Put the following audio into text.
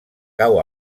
cau